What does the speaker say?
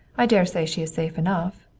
i daresay she is safe enough.